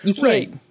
Right